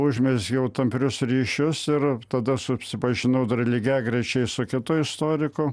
užmezgė jau tamprius ryšius ir tada susipažinau dar lygiagrečiai su kitu istoriku